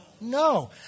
No